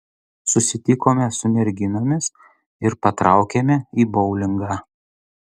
susitikome su merginomis ir patraukėme į boulingą